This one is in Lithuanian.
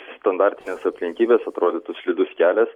standartinės aplinkybės atrodytų slidus kelias